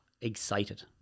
excited